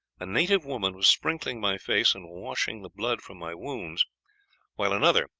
a native woman was sprinkling my face and washing the blood from my wounds while another,